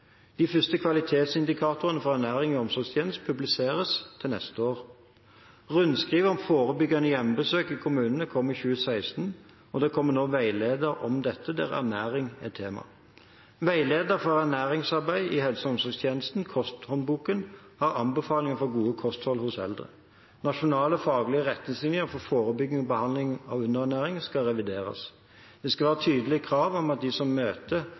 De første kvalitetsindikatorene for ernæring i omsorgstjenesten publiseres til neste år. Rundskrivet om forebyggende hjemmebesøk i kommunene kom i 2016, og det kommer nå en veileder om dette, der ernæring er et tema. Veileder i ernæringsarbeid i helse- og omsorgstjenesten, Kosthåndboken, har anbefalinger om godt kosthold for eldre. Nasjonale faglige retningslinjer for forebygging og behandling av underernæring skal revideres. Det skal være tydelige krav om at de som møter